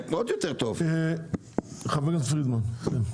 חברת הכנסת פרידמן.